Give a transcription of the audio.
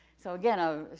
so, again, ah